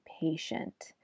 patient